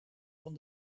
van